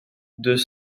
deux